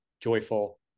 joyful